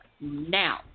now